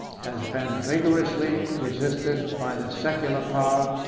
has been vigorously resisted by the secular power,